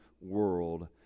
world